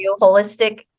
holistic